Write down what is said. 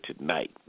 tonight